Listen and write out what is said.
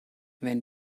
wenn